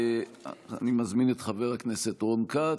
אני מזמין את חבר הכנסת רון כץ,